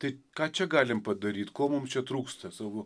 tai ką čia galim padaryt ko mum čia trūksta savo